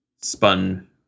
spun